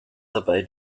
dabei